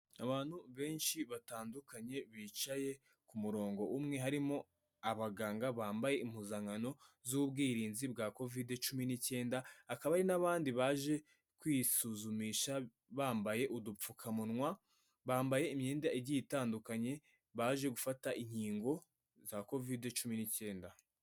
Abantu benshi batandukanye bicaye ku murongo umwe harimo abaganga bambaye impuzankano z'ubwirinzi bwa kovide cumi n'icyenda, hakaba hari n'abandi baje kwisuzumisha bambaye udupfukamunwa, bambaye imyenda igiye itandukanye baje gufata inkingo za kovide cumi n'icyenda.